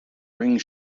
ring